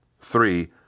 Three